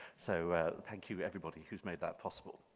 so thank you, everybody, who's made that possible.